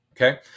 okay